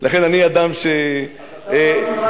אתה מאמין רק בכוח,